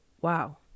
wow